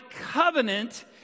covenant